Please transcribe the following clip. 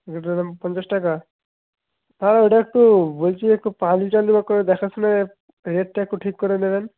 দুধের দাম পঞ্চাশ টাকা হ্যাঁ ওটা একটু বলছি একটু পাঁচ লিটার নেব করে দেখেশুনে রেটটা একটু ঠিক করে নেবেন